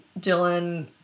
Dylan